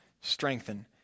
strengthen